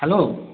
hello